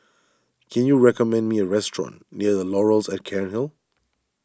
can you recommend me a restaurant near the Laurels at Cairnhill